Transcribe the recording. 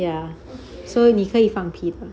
ya so 你可以放屁的